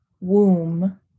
womb